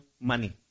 money